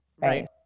Right